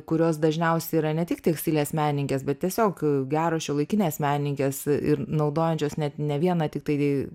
kurios dažniausiai yra ne tik tekstilės menininkės bet tiesiog geros šiuolaikinės menininkės ir naudojančios net ne vieną tiktai vėjui